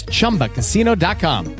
Chumbacasino.com